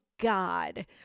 God